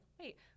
wait